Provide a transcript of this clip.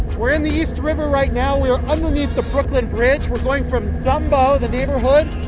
we're in the east river right now. we are underneath the brooklyn bridge. we're going from dumbo, the neighborhood,